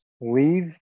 leave